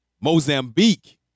Mozambique